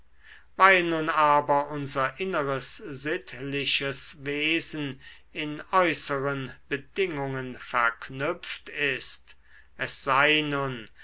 weil nun aber unser inneres sittliches wesen in äußeren bedingungen verkörpert ist es sei nun